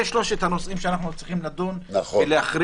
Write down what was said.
אלה שלושת הנושאים שאנחנו צריכים לדון ולהכריע